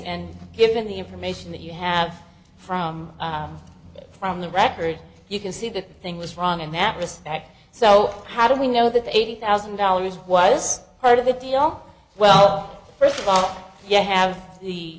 and given the information that you have from it from the record you can see the thing was wrong in that respect so how do we know that the eighty thousand dollars was part of the deal well first of all you have the